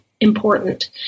important